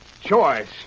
Choice